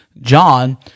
John